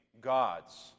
gods